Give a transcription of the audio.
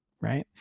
right